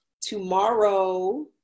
tomorrow